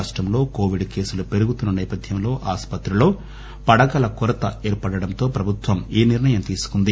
రాష్టంలో కోవిడ్ కేసులు పెరుగుతున్న నేపథ్యంలో ఆసుపత్రిలో పడకల కొరత ఏర్పడడంతో ప్రభుత్వం ఈ నిర్ణయం తీసుకుంది